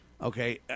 Okay